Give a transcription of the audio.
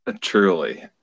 Truly